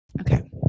Okay